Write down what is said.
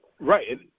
Right